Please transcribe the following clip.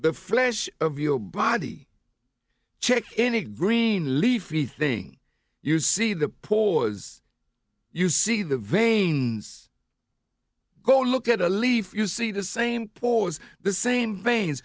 the flesh of your body check any green leafy thing you see the poor as you see the veins go look at a leaf you see the same pores the same vein